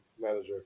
manager